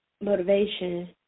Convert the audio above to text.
motivation